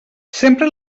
sempre